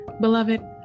Beloved